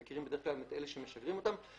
הם מכירים בדרך כלל את אלה שמשגרים אותם,